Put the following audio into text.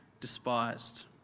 despised